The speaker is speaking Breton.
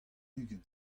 ugent